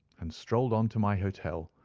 and strolled on to my hotel,